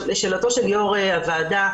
לשאלת יושב ראש הוועדה.